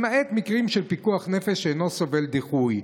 למעט מקרים של פיקוח נפש שאינו סובל דיחוי.